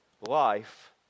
life